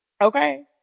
Okay